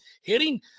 hitting